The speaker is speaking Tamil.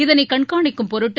இதனை கண்காணிக்கும் பொருட்டு